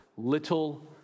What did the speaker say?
little